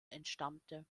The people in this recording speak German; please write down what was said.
entstammte